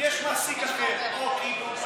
כי יש מעסיק אחר, או אולפן